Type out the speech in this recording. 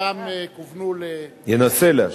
רובן כוונו, ינסה להשיב.